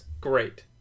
great